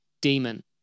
demon